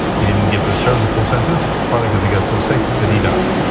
he didn't get to serve the full sentence probably because he got so sick that he died,